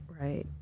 right